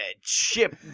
Chip